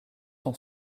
son